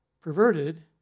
perverted